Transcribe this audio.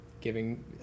giving